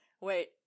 wait